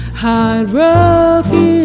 heartbroken